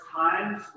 times